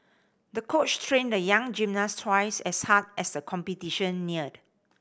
the coach trained the young gymnast twice as hard as the competition neared